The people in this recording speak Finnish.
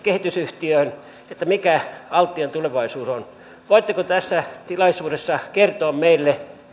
kehitysyhtiöön että mikä altian tulevaisuus on voitteko tässä tilaisuudessa kertoa meille